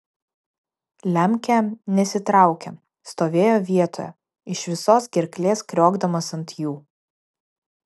lemkė nesitraukė stovėjo vietoje iš visos gerklės kriokdamas ant jų